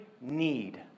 need